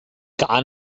gar